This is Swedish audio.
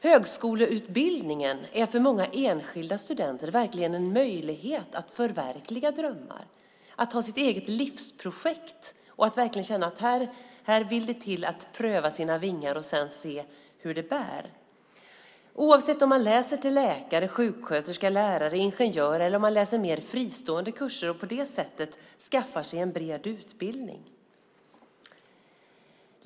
Högskoleutbildningen är för många enskilda studenter verkligen en möjlighet att förverkliga drömmar, att ha sitt eget livsprojekt och att verkligen känna att det vill till att pröva sina vingar och sedan se hur det bär - oavsett om man läser till läkare, sjuksköterska, lärare eller ingenjör eller läser mer fristående kurser och på det sättet skaffar sig en bred utbildning.